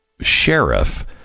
sheriff